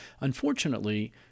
Unfortunately